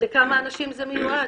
לכמה אנשים הוא מיועד.